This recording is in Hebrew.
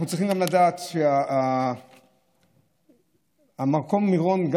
אנחנו צריכים לדעת שהמקום מירון,